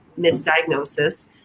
misdiagnosis